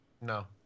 No